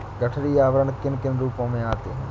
गठरी आवरण किन किन रूपों में आते हैं?